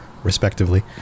Respectively